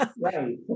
right